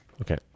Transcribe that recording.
Okay